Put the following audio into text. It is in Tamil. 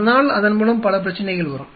அதனால் அதன் மூலம் பல பிரச்சனைகள் வரும்